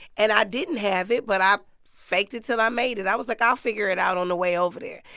and i didn't have it, but i faked it till i made it. i was like, i'll figure it out on the way over there.